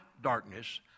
darkness